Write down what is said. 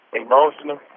emotional